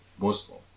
Muslim